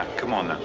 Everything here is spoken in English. come on.